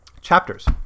chapters